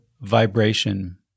vibration